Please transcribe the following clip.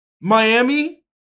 Miami